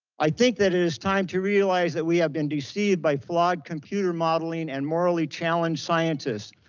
i think that it is time to realize that we have been deceived by flawed computer modeling and morally challenged scientists.